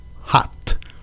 hot